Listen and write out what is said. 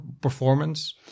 performance